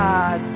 God